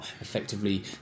effectively